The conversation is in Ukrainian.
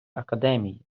академії